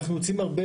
אנחנו יוצאים הרבה